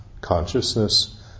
consciousness